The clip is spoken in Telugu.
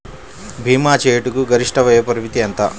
భీమా చేయుటకు గరిష్ట వయోపరిమితి ఎంత?